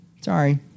sorry